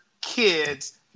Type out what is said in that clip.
kids